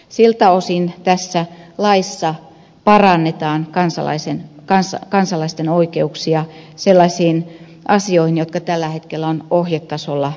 siltä osin tässä laissa parannetaan kansalaisten oikeuksia sellaisiin asioihin jotka tällä hetkellä on ohjetasolla määritelty